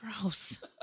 Gross